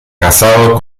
casado